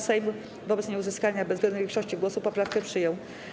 Sejm wobec nieuzyskania bezwzględnej większości głosów poprawkę przyjął.